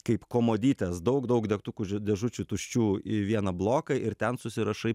kaip komodytes daug daug degtukų dėžučių tuščių į vieną bloką ir ten susirašai